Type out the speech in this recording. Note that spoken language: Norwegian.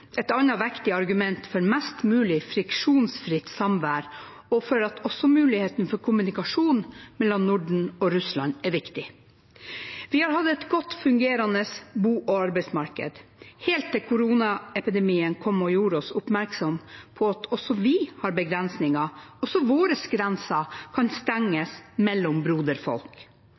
et annet vektig argument for mest mulig friksjonsfritt samvær og for at også muligheten for kommunikasjon mellom Norden og Russland er viktig. Vi har hatt et godt fungerende bo- og arbeidsmarked, helt til koronaepidemien kom og gjorde oss oppmerksom på at også vi har begrensninger, også våre grenser kan stenges mellom broderfolk.